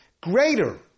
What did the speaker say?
Greater